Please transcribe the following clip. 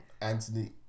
anthony